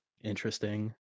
interesting